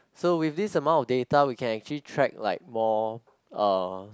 so with this amount of data we can actually track like more uh